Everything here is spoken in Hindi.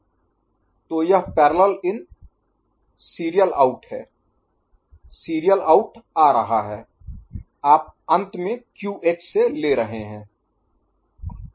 तो यह पैरेलल इन सीरियल आउट है -सीरियल आउट आ रहा है आप अंत में क्यूएच से ले रहे हैं